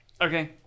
Okay